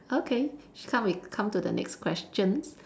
okay come we come to the next question